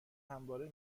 همواره